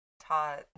taught